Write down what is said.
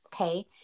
Okay